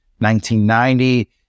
1990